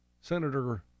Senator